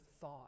thought